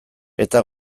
eta